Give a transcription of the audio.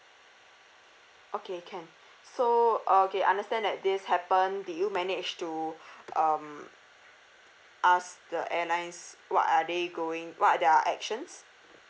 okay can so uh okay understand that this happened did you manage to um ask the airlines what are they going what are their actions